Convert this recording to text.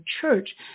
church